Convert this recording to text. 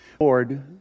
Lord